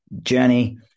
journey